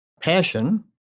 passion